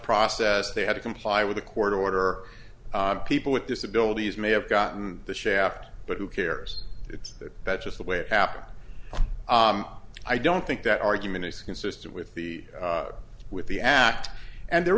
process they had to comply with a court order people with disabilities may have gotten the shaft but who cares it's that that's just the way it happened i don't think that argument is consistent with the with the act and there